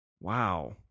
Wow